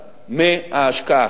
מההשקעה.